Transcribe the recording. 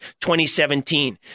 2017